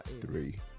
Three